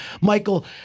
Michael